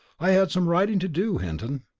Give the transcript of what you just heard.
i had some writing to do, hinton.